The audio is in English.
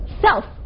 Self